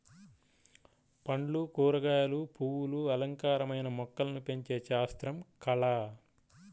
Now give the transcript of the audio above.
పండ్లు, కూరగాయలు, పువ్వులు అలంకారమైన మొక్కలను పెంచే శాస్త్రం, కళ